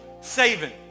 saving